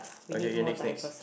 okay okay next next